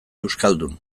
euskaldun